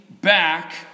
back